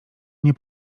nie